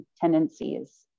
tendencies